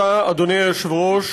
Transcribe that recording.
תודה, אדוני היושב-ראש.